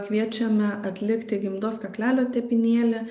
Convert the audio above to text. kviečiame atlikti gimdos kaklelio tepinėlį